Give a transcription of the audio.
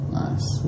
nice